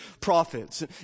prophets